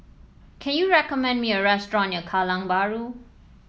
can you recommend me a restaurant near Kallang Bahru